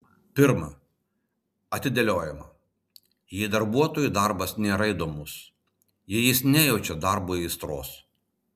pirma atidėliojama jei darbuotojui darbas nėra įdomus jei jis nejaučia darbui aistros